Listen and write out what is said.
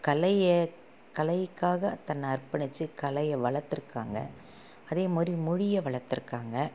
கலையை கலைக்காக தன்னை அர்ப்பணிச்சு கலையை வளர்த்துருக்காங்க அதே மாதிரி மொழியை வளர்த்துருக்காங்க